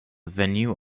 venue